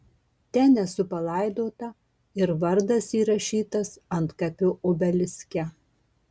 ten esu palaidota ir vardas įrašytas antkapio obeliske